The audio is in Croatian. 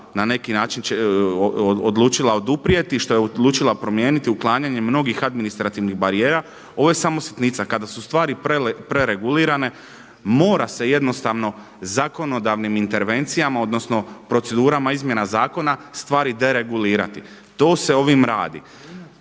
na neki način odlučila oduprijeti što je odlučila promijeniti uklanjanjem mnogih administrativnih barijera, ovo je samo sitnica. Kada su stvari preregulirane mora se jednostavno zakonodavnim intervencijama odnosno procedurama izmjena zakona stvari deregulirati. To se ovim radi.